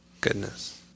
Goodness